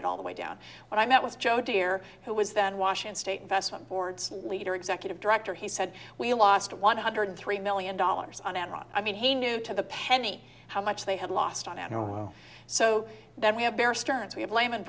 it all the way down when i met with joe dear who was then washington state investment boards leader executive director he said we lost one hundred three million dollars on enron i mean he knew to the penny how much they had lost on i don't know so that we have